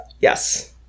yes